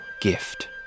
gift